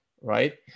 right